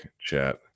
chat